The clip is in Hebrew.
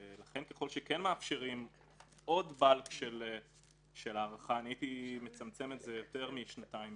לכן ככל שמאפשרים עוד הארכה אני הייתי מצמצם את זה יותר משנתיים